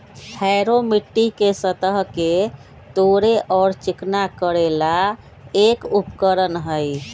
harrow मिट्टी के सतह के तोड़े और चिकना करे ला एक उपकरण हई